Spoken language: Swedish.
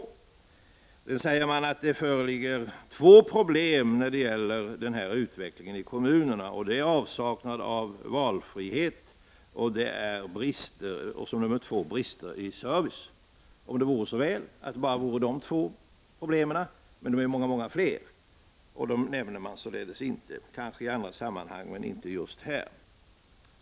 Folkpartiet säger vidare att det föreligger två problem när det gäller utvecklingen i kommunerna, och det är för det första avsaknaden av valfrihet och för det andra brister i service. Om det vore så väl att det fanns bara dessa två problem! De är många, många fler, och dem nämner man alltså inte — kanske gör man det i andra sammanhang men inte just här.